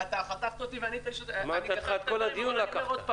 אתה חתכת אותי ואני פשוט --- את כל הדיון לקחת.